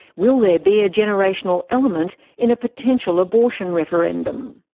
will there be a generational element in a potential abortion referendum?